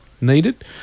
needed